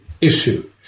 issue